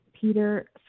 Peter